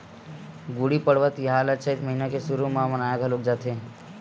गुड़ी पड़वा तिहार ल चइत महिना के सुरू म मनाए घलोक जाथे